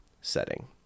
setting